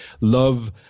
love